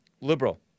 Liberal